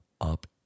up